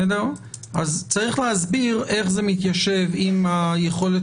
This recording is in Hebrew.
אז צריך להסביר איך זה מתיישב עם היכולת